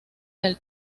del